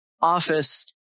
office